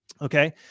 Okay